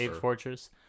fortress